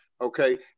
Okay